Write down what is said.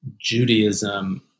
Judaism